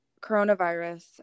coronavirus